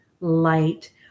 light